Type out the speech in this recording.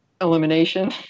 elimination